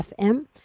FM